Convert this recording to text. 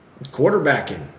Quarterbacking